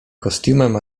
kostiumem